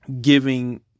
giving